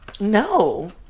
No